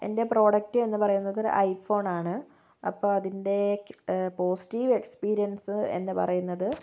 എൻ്റെ പ്രോഡക്റ്റ് എന്ന് പറയുന്നതൊരു ഐ ഫോൺ ആണ് അപ്പോൾ അതിൻ്റെ പോസിറ്റീവ് എക്സ്പീരിയൻസ് എന്ന് പറയുന്നത്